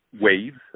waves